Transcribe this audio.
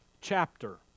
chapter